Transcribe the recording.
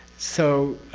so.